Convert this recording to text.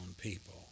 people